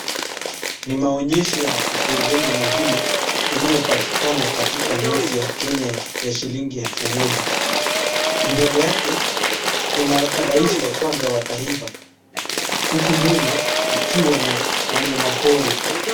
Ni maonyesho ya vipengele muhimu inayopatikana katika noti ya kenya ya shilingi elfu moja. Mbele yake kuna rais wa kwanza wa taifa, huku nyuma ikiwa na wanyama pori.